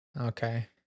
okay